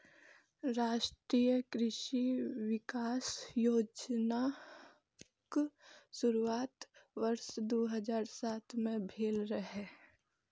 राष्ट्रीय कृषि विकास योजनाक शुरुआत वर्ष दू हजार सात मे भेल रहै